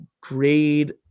grade